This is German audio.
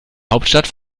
hauptstadt